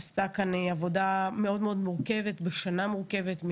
היא עשתה כאן עבודה מאוד מאוד מורכבת בשנה מורכבת,